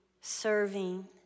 serving